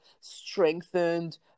strengthened